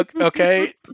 Okay